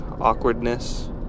awkwardness